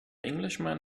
englishman